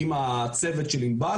עם הצוות של עינבל,